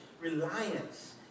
reliance